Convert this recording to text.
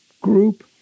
group